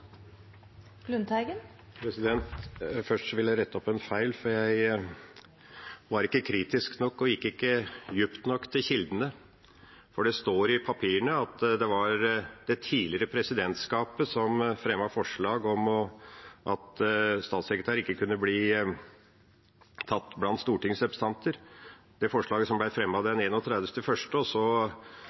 Først vil jeg rette opp en feil. Jeg var ikke kritisk nok og gikk ikke djupt nok i kildene, for det står i papirene at det var det tidligere presidentskapet som fremmet forslag om at statssekretærer ikke kunne bli utnevnt blant stortingsrepresentanter. Når det gjelder forslaget som ble fremmet den